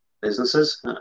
businesses